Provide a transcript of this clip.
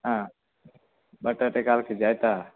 ಹಾಂ ಬಟಾಟೆ ಕಾಲು ಕೆಜಿ ಆಯ್ತಾ